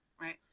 right